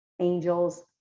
Angels